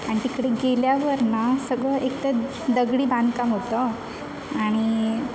आणि तिकडे गेल्यावर ना सगळं एक तर दगडी बांधकाम होतं आणि